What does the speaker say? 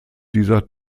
dieser